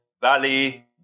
Valley